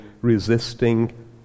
Resisting